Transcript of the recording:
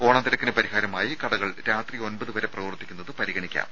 ഓണത്തിരക്കിന് പരിഹാരമായി കടകൾ രാത്രി ഒമ്പത് വരെ പ്രവർത്തിക്കുന്നത് പരിഗണിക്കാം